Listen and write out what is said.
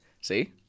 See